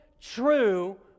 true